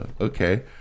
Okay